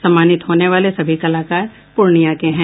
सम्मानित होने वाले सभी कलाकार पूर्णियां के हैं